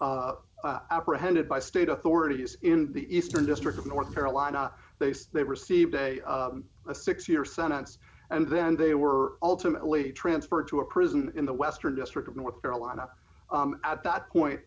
apprehended by state authorities in the eastern district of north carolina they say they received a a six year sentence and then they were ultimately transferred to a prison in the western district of north carolina at that point